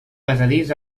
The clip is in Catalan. passadís